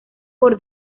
por